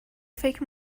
فکر